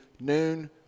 noon